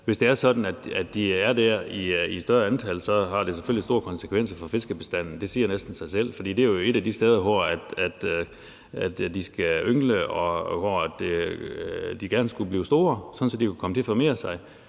at de er der i større antal, har det selvfølgelig store konsekvenser for fiskebestanden. Det siger næsten sig selv, for det er jo et af de steder, hvor fiskene skal yngle, og hvor de gerne skulle blive store, sådan at de kan komme til at formere sig,